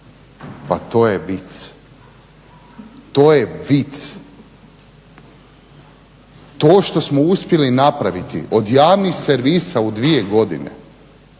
pa to je vic, to je vic. To što smo uspjeli napraviti od javnih servisa u dvije godine,